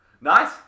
Nice